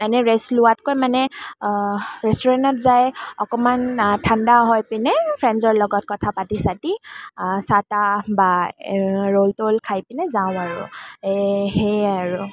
এনেই ৰেষ্ট লোৱাতকৈ মানে ৰেষ্টুৰেণ্টত যাই অকণমান ঠাণ্ডা হৈ পিনে ফ্ৰেণ্ডছৰ লগত কথা পাতি চাতি চাহ তাহ বা ৰ'ল ত'ল খাই পিনে যাওঁ আৰু এই সেয়াই আৰু